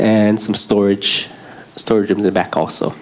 and some storage storage in the back also